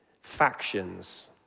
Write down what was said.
factions